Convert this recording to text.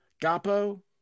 Gapo